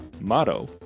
motto